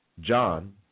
John